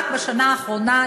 רק בשנה האחרונה,